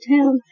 town